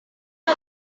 dum